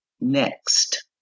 next